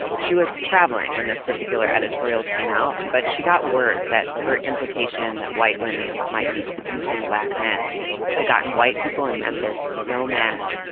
she was traveling when this particular editorial came out, but she got word that her implication that white women might be seducing black men had gotten white people in memphis so mad,